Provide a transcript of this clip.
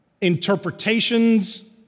interpretations